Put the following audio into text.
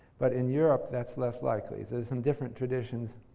but in europe, that's less likely. there are some different traditions